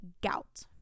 gout